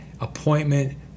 appointment